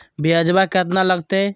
ब्यजवा केतना लगते?